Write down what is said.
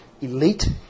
elite